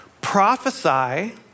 Prophesy